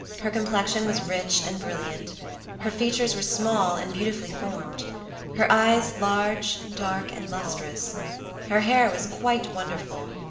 her complexion was rich and brilliant her features were small and beautifully formed her eyes large, dark, and lustrous her hair was quite wonderful,